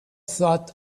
thought